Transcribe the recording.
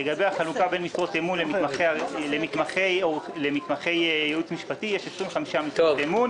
לגבי החלוקה בין משרות אמון למתמחי ייעוץ משפטי יש 25 משרות אמון.